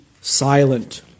silent